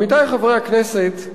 עמיתי חברי הכנסת,